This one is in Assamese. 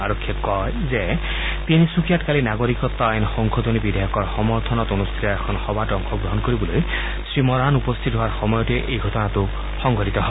আৰক্ষীয়ে কয় যে তিনিচুকীয়াত কালি নাগৰিকত্ব আইন সংশোধনী বিধেয়কৰ সমৰ্থনত অনুষ্ঠিত এখন সভাত অংশগ্ৰহণ কৰিবলৈ শ্ৰীমৰাণ উপস্থিত হোৱাৰ সময়তে এই ঘটনাতো সংঘটিত হয়